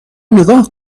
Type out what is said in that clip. نگاه